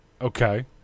Okay